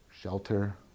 shelter